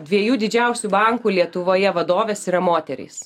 dviejų didžiausių bankų lietuvoje vadovės yra moterys